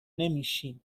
نمیشیم